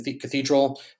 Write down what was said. Cathedral